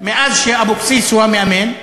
מאז שאבוקסיס הוא המאמן,